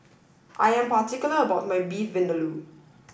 I am particular about my Beef Vindaloo